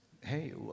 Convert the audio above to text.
hey